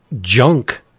junk